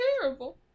terrible